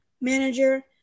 manager